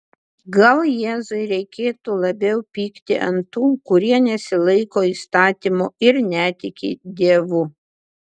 gal jėzui reikėtų labiau pykti ant tų kurie nesilaiko įstatymo ir netiki dievu